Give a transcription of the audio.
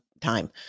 time